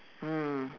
mm